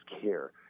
care